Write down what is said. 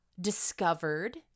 Discovered